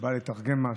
בא לתרגם משהו,